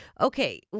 okay